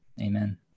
Amen